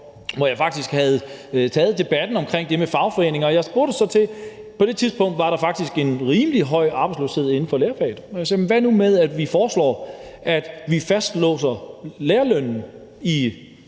hvor jeg faktisk havde taget det med fagforeninger op. På det tidspunkt var der faktisk en rimelig høj arbejdsløshed inden for lærerfaget, og jeg sagde: Hvad nu med, at vi foreslår, at vi fastlåser lærerlønnen i